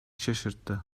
şaşırttı